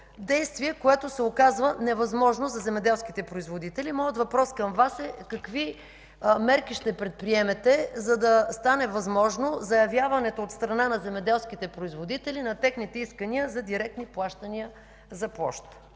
действие, което се оказва невъзможно за земеделските производители. Моят въпрос към Вас е: какви мерки ще предприемете, за да стане възможно заявяването от страна на земеделските производители на техните искания за директни плащания за площ?